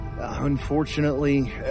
Unfortunately